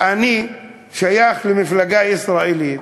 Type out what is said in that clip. אני שייך למפלגה ישראלית,